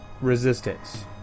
resistance